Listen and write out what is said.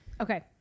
Okay